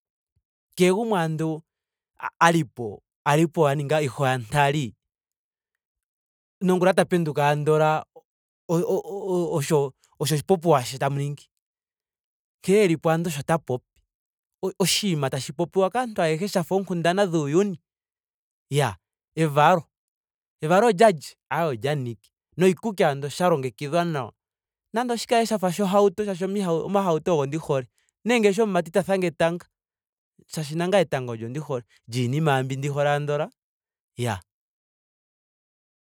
Kehe gumwe andola a li po. ali po a ninga ihontali. nongula ta penduka andola o- o- osho osho oshipopiwa she tamu ningi. Nkene elipo andola osho ta popi. Oshinima tashi popiwa kaantu ayehe sha fa oonkundana dhuuyuni. Iyaa evalo. Evalo olya lye? Aaye olya niki. noshikuki andola sha longekidhwa nawa nenge oshi kale shafa shohauto shaashi omiha omahauto ogo ndi hole nenge shomumati ta thanga etanga. shaashi nangame etanga olyo ndi hole. Lyiinima ando mbi hole andola. iyaa